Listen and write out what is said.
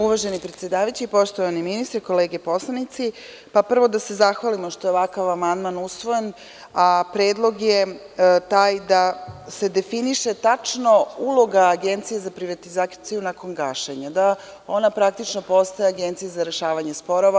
Uvaženi predsedavajući, poštovani ministre, kolege poslanici, prvo da se zahvalimo što ovakav amandman je usvojen, a predlog je taj da se definiše tačko uloga Agencije za privatizaciju nakon gašenja, da ona praktično postaje agencija za rešavanje sporova.